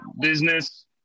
business